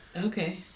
Okay